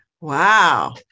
Wow